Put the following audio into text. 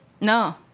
No